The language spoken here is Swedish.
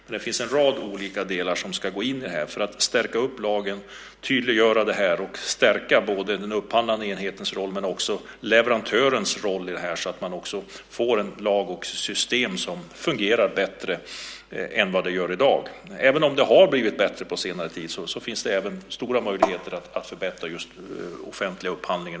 Men det finns en rad olika delar som ska in i detta arbete för att stärka lagen, tydliggöra detta och stärka både den upphandlande enhetens roll och leverantörens roll så att man får en lag och ett system som fungerar bättre än i dag. Även om det har blivit bättre på senare tid finns det stora möjligheter att förbättra den offentliga upphandlingen.